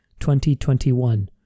2021